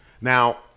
Now